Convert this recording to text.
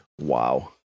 Wow